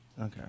Okay